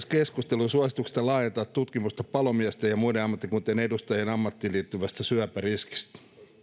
keskustelua suosituksesta laajentaa tutkimusta palomiesten ja muiden ammattikuntien edustajien ammattiin liittyvästä syöpäriskistä